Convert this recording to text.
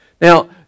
Now